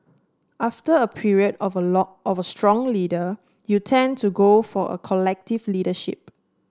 after a period of a of a strong leader you tend to go for a collective leadership